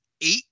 eight